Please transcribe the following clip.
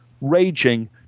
raging